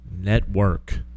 network